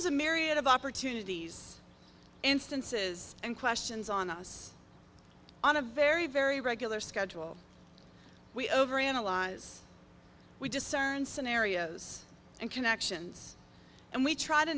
is a myriad of opportunities instances and questions on us on a very very regular schedule we overanalyze we discern scenarios and connections and we try to